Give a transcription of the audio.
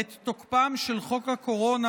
את תוקפם של חוק הקורונה,